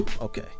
okay